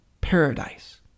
paradise